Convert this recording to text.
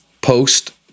post